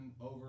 over